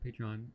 Patreon